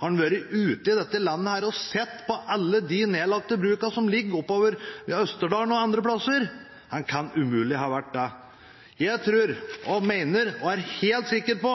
han vært ute i dette landet og sett alle de nedlagte brukene som ligger oppover i Østerdalen og andre steder? Det kan han umulig ha vært. Jeg tror og mener og er helt sikker på